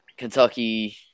Kentucky